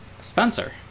spencer